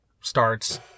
starts